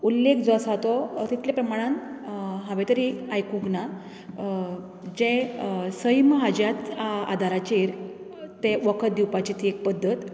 उल्लेख जो आसा तो तितले प्रमाणांत हांवेन तरी आयकूंक ना जे सैम हाज्याच आदाराचेर तें वखद दिवपाची ती एक पद्दत